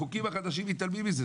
הצעות החוק החדשות מתעלמות מזה,